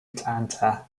atlanta